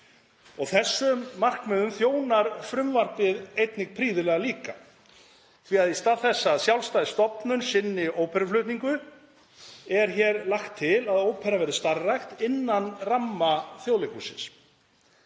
Þessum markmiðum þjónar frumvarpið einnig prýðilega því að í stað þess að sjálfstæð stofnun sinni óperuflutningi er hér lagt til að óperan verði starfrækt innan ramma Þjóðleikhússins.